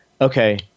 okay –